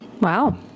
Wow